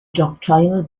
doctrinal